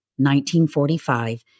1945